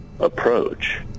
Approach